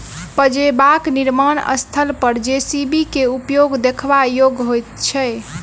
पजेबाक निर्माण स्थल पर जे.सी.बी के उपयोग देखबा योग्य होइत छै